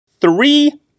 three